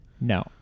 No